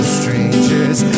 strangers